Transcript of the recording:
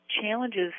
challenges